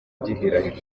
gihirahiro